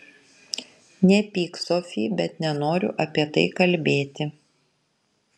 nepyk sofi bet nenoriu apie tai kalbėti